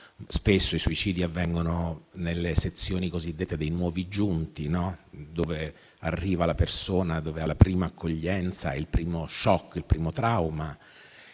Spesso i suicidi avvengono nelle sezioni cosiddette dei nuovi giunti, dove le persone hanno la prima accoglienza, il primo *shock* e il primo trauma.